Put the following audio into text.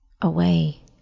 away